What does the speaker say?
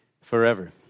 forever